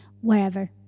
wherever